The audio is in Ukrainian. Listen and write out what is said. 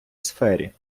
сфері